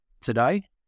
today